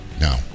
Now